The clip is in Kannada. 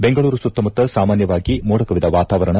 ಬೆಂಗಳೂರು ಸುತ್ತಮುತ್ತ ಸಾಮಾನ್ವವಾಗಿ ಮೋಡಕವಿದ ವಾತಾವರಣ